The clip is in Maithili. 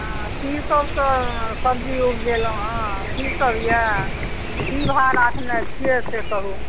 हँ की सभ सब्जी उपजेलहुँ हँ की सभ यऽ की भाव राखने छियै से कहू